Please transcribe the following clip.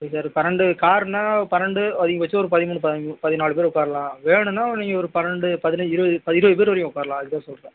சரி சார் பன்னெண்டு கார்னா பன்னெண்டு அதிகபட்சம் ஒரு பதிமூனு பதினஞ்சு பதினாலு பேர் உட்காரலாம் வேணும்ன்னா நீங்கள் ஒரு பன்னெண்டு பதினஞ்சு இருபது இருபது பேர் வரையும் உட்காரலாம் அதுக்கு தான் சொல்லுறேன்